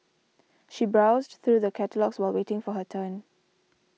she browsed through the catalogues while waiting for her turn